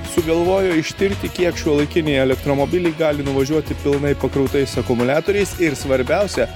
sugalvojo ištirti kiek šiuolaikiniai elektromobiliai gali nuvažiuoti pilnai pakrautais akumuliatoriais ir svarbiausia